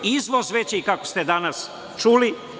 Izvoz veći, kako ste danas čuli.